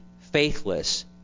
faithless